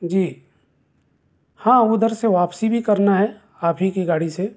جی ہاں ادھر سے واپسی بھی کرنا ہے آپ ہی کی گاڑی سے